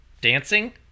dancing